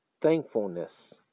Thankfulness